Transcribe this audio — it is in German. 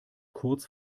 kurz